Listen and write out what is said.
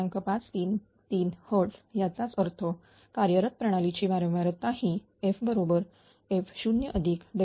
533 Hz याचाच अर्थ कार्यरत प्रणालीची वारंवारता ही f बरोबर f0FSS